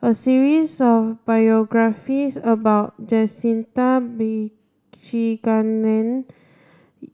a series of biographies about Jacintha Abisheganaden